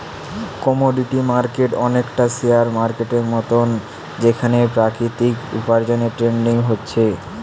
commodity market অনেকটা share মার্কেটের মতন যেখানে প্রাকৃতিক উপার্জনের ট্রেডিং হচ্ছে